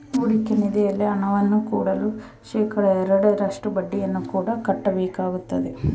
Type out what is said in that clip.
ಹೂಡಿಕೆ ನಿಧಿಯಲ್ಲಿ ಹಣವನ್ನು ಹೂಡಲು ಶೇಖಡಾ ಎರಡರಷ್ಟು ಬಡ್ಡಿಯನ್ನು ಕೂಡ ಕಟ್ಟಬೇಕಾಗುತ್ತದೆ